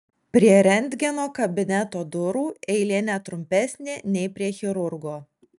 prie rentgeno kabineto durų eilė ne trumpesnė nei prie chirurgo